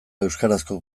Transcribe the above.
euskarazko